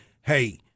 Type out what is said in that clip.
hey